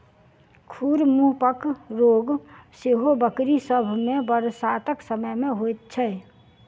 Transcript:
खुर मुँहपक रोग सेहो बकरी सभ मे बरसातक समय मे होइत छै